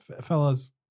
fellas